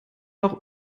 auch